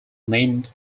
named